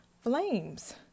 Flames